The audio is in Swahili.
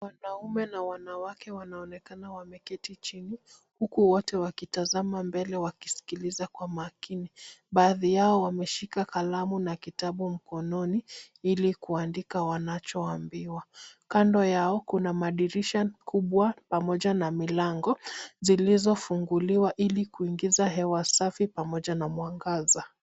Wanaume na wanawake wanaonekana wameketi chini huku wote wakitazama mbele, wakisikiliza kwa makini. Baadhi yao wameshika kalamu na kitabu mkononi ili kuandika wanachoambiwa. Kando yao, kuna madirisha kubwa pamoja milango, zilizofunguliwa ili kuingiza hewa safi pamoja na mwangaza.